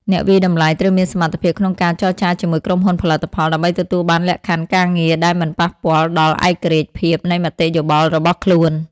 អ្នកវាយតម្លៃត្រូវមានសមត្ថភាពក្នុងការចរចាជាមួយក្រុមហ៊ុនផលិតផល ដើម្បីទទួលបានលក្ខខណ្ឌការងារដែលមិនប៉ះពាល់ដល់ឯករាជ្យភាពនៃមតិយោបល់របស់ខ្លួន។